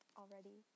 already